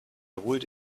would